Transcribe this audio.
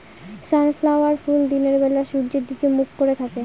sunflower ফুল দিনের বেলা সূর্যের দিকে মুখ করে থাকে